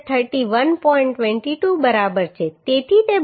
22 બરાબર છે તેથી તે બરાબર છે